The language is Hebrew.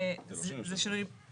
זה לא שינוי של נוסח.